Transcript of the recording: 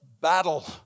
battle